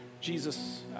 Jesus